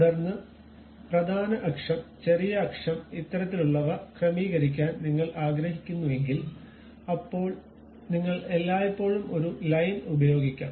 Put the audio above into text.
തുടർന്ന് പ്രധാന അക്ഷം ചെറിയ അക്ഷം ഇത്തരത്തിലുള്ളവ ക്രമീകരിക്കാൻ നിങ്ങൾ ആഗ്രഹിക്കുന്നുവെങ്കിൽ അപ്പോൾ നിങ്ങൾക്ക് എല്ലായ്പ്പോഴും ഒരു ലൈൻ ഉപയോഗിക്കാം